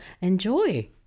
enjoy